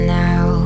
now